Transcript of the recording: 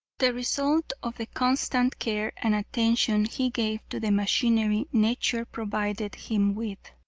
the result of the constant care and attention he gave to the machinery nature provided him with.